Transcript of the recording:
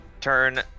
turn